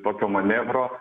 tokio manevro